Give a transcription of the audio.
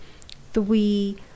three